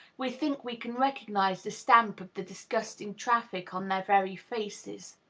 we think we can recognize the stamp of the disgusting traffic on their very faces.